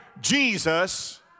Jesus